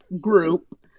group